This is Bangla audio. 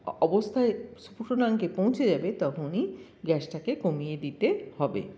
অবস্থায় স্ফুটনাঙ্কে পৌঁছে যাবে তখনই গ্যাসটাকে কমিয়ে দিতে হবে